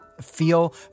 feel